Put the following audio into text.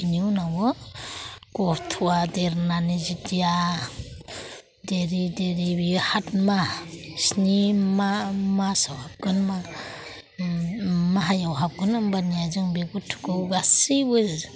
बिनि उनावयो गथ'आ देरनानै जिथिया देरै देरै बियो हाथमा स्नि मा मासाव हाबगोन माहायाव हाबगोन होनबानिया जों बे गथ'खौ गासैबो